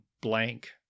blank